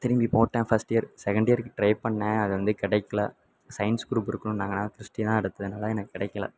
திரும்பி போட்டேன் first year second இயருக்கு ட்ரை பண்ணிணேன் அது வந்து கிடைக்கல சயின்ஸ் க்ரூப் இருக்கணுன்னாங்க நான் க்ரிஸ்டி தான் எடுத்ததுனால் எனக்கு கிடைக்கல